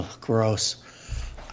Gross